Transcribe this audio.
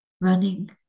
running